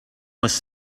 was